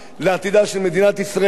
לעתידה של מדינת ישראל,